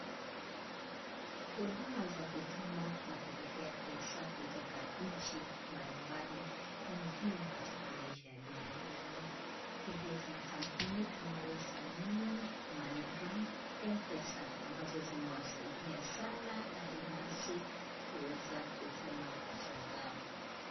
Huduma za kutuma na kupokea pesa kutoka nchi mbalimbali ni muhimu katika maisha ya binadamu. Hivyo tuna kampuni kama western union, moneygram, M-Pesa amabzo zimewasaidia sana hadi nasi kuweza kutuma pesa zao.